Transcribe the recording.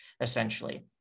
essentially